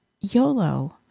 YOLO